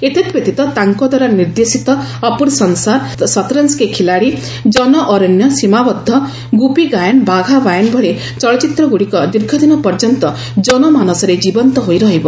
ଏତଦ୍ବ୍ୟତୀତ ତାଙ୍କଦ୍ୱାରା ନିର୍ଦ୍ଦେଶିତ 'ଆପୁର ସଂସାର' 'ସତ୍ରଞ୍ଜ୍ କେ ଖିଲାଡି' 'ଜନ ଅରଣ୍ୟ' 'ସୀମାବଦ୍ଧ' 'ଗୁପି ଗାୟେନ୍ ବାଘା ବାୟେନ' ଭଳି ଚଳଚ୍ଚିତ୍ରଗୁଡ଼ିକ ଦୀର୍ଘଦିନ ପର୍ଯ୍ୟନ୍ତ ଜନମାନସରେ ଜୀବନ୍ତ ହୋଇ ରହିବ